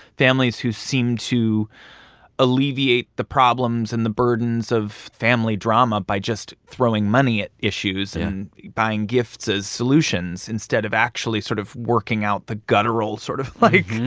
families who seem to alleviate the problems and the burdens of family drama by just throwing money at issues and buying gifts as solutions instead of actually sort of working out the guttural sort of, like.